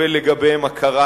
לקבל לגביהם הכרה,